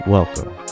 Welcome